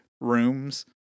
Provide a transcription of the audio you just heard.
rooms